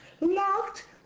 locked